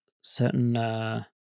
certain